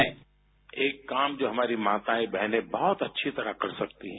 bite एक काम जो हमारी माताएं बहनें बहुत अच्छी तरह कर सकती हैं